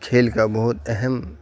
کھیل کا بہت اہم